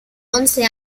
once